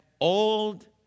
old